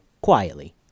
quietly